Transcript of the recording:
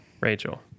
Rachel